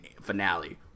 finale